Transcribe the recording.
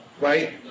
right